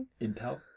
Impel